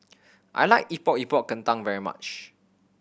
I like Epok Epok Kentang very much